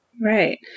Right